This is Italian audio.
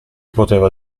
poteva